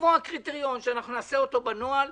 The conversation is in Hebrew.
לקבוע קריטריון שאנחנו נעשה אותו בנוהל,